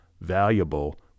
valuable